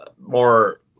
more